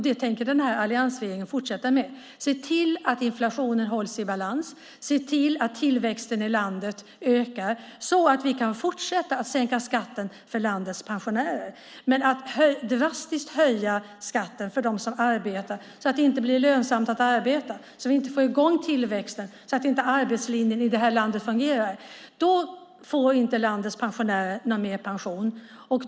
Det tänker alliansregeringen fortsätta med. Vi tänker se till att inflationen hålls i balans och att tillväxten i landet ökar så att vi kan fortsätta att sänka skatten för landets pensionärer. Om man drastiskt höjer skatten för dem som arbetar så att det inte blir lönsamt att arbeta, så att vi inte får i gång tillväxten, så att inte arbetslinjen i det här landet fungerar får inte landets pensionärer någon mer pension.